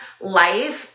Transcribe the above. life